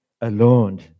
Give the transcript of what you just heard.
alone